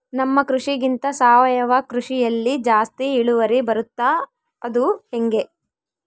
ನಮ್ಮ ಕೃಷಿಗಿಂತ ಸಾವಯವ ಕೃಷಿಯಲ್ಲಿ ಜಾಸ್ತಿ ಇಳುವರಿ ಬರುತ್ತಾ ಅದು ಹೆಂಗೆ?